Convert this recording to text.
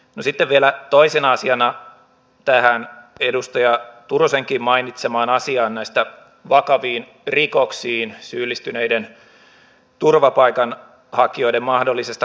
no sitten vielä toisena asiana tähän edustaja turusenkin mainitsemaan asiaan näiden vakaviin rikoksiin syyllistyneiden turvapaikanhakijoiden mahdollisesta karkottamisesta